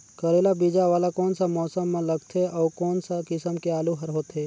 करेला बीजा वाला कोन सा मौसम म लगथे अउ कोन सा किसम के आलू हर होथे?